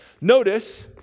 Notice